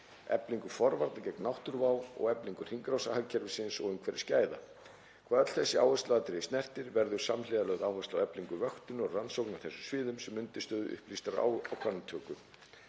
eflingu forvarna vegna náttúruvár og eflingu hringrásarhagkerfisins og umhverfisgæða. Hvað öll þessi áhersluatriði snertir verður samhliða lögð áhersla á eflingu vöktunar og rannsókna á þessum sviðum sem undirstöðu upplýstrar ákvarðanatöku.